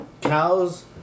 cows